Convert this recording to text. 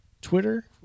Twitter